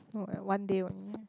no eh one day only eh